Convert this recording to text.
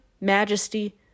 majesty